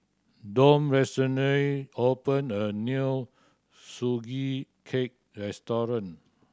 Donn recently opened a new Sugee Cake restaurant